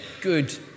good